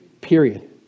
period